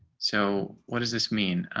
so what does this mean